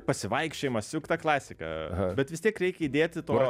pasivaikščiojimas juk ta klasika bet vis tiek reikia įdėti to